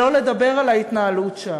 שלא לדבר על ההתנהלות שם.